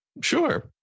Sure